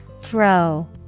Throw